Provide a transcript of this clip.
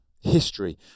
history